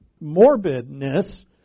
morbidness